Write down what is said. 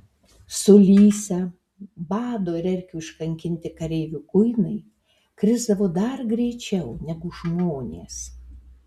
sulysę bado ir erkių iškankinti kareivių kuinai krisdavo dar greičiau negu žmonės